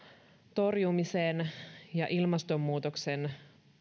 torjumiseen ja ilmastonmuutoksen